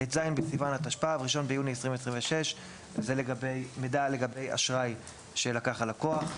ט"ז בסיוון התשפ"ו (1 ביוני 2026). זה מידע לגבי אשראי שלקח הלקוח.